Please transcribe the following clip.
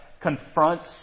confronts